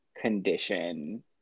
condition